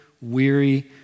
weary